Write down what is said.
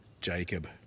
Jacob